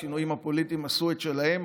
השינויים הפוליטיים עשו את שלהם,